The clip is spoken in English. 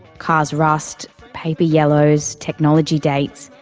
cars rust. paper yellows. technology dates.